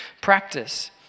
practice